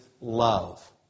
love